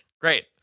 Great